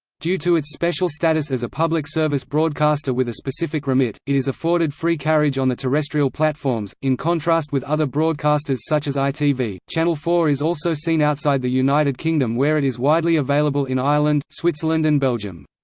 due to its special status as a public service broadcaster with a specific remit, it is afforded free carriage on the terrestrial platforms, in contrast with other broadcasters such as itv channel four is also seen outside the united kingdom where it is widely available in ireland, switzerland and belgium.